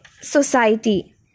society